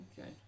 Okay